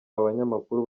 abanyamakuru